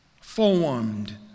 formed